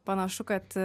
panašu kad